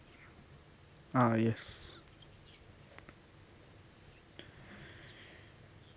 ah yes